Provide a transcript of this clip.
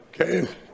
okay